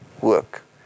work